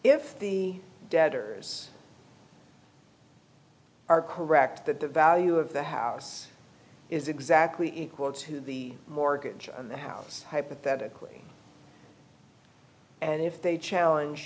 if the deaders are correct that the value of the house is exactly equal to the mortgage on the house hypothetically and if they challenge